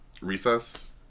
recess